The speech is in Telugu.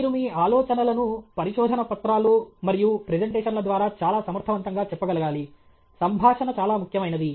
మీరు మీ ఆలోచనలను పరిశోధన పత్రాలు మరియు ప్రెజెంటేషన్ల ద్వారా చాలా సమర్థవంతంగా చెప్పగలగాలి సంభాషణ చాలా ముఖ్యమైనది